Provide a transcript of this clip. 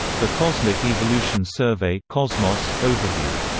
the cosmic evolution survey cosmos overview.